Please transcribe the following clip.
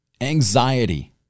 anxiety